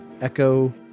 Echo